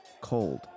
cold